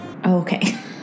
Okay